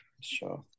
Sure